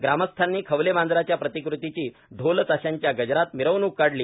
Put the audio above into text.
ग्रामस्थांनी खवलेमांजराच्या प्रतिकृतीची ढोलताशांच्या गजरात मिरवणुक काढली